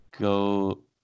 go